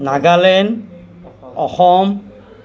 Nagaland Assam